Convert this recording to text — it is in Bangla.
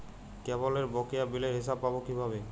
কেবলের বকেয়া বিলের হিসাব পাব কিভাবে?